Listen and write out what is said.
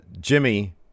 Jimmy